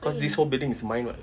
cause this whole building is mine [what]